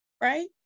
right